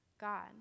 God